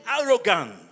arrogant